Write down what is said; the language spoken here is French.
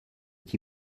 qui